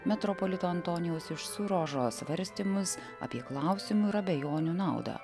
metropolito antonijaus iš surožo svarstymus apie klausimų ir abejonių naudą